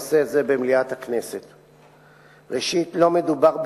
3. אם לא, מדוע?